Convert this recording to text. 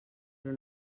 però